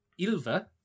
Ilva